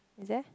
is there